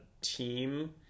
team